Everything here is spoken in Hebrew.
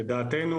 לדעתנו,